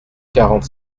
quarante